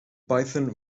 python